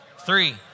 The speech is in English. Three